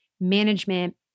management